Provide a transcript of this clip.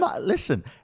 Listen